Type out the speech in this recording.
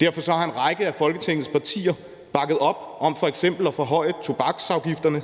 Derfor har en række af Folketingets partier bakket op om f.eks. at forhøje tobaksafgifterne